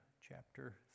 chapter